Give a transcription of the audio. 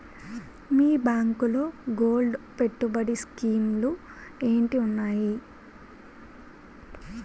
మీ బ్యాంకులో గోల్డ్ పెట్టుబడి స్కీం లు ఏంటి వున్నాయి?